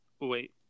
Wait